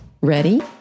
Ready